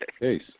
case